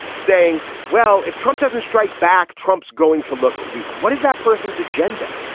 saying, well, if trump doesn't strike back, trump's going to look weak. what is that person's agenda?